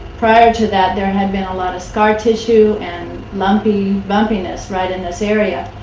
prior to that there had been a lot of scar tissue and lumpiness lumpiness right in this area.